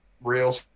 real